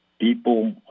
people